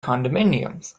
condominiums